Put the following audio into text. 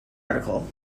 article